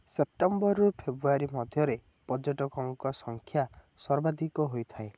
ସେପ୍ଟେମ୍ବରରୁ ଫେବୃଆରୀ ମଧ୍ୟରେ ପର୍ଯ୍ୟଟକଙ୍କ ସଂଖ୍ୟା ସର୍ବାଧିକ ହୋଇଥାଏ